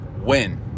win